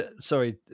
sorry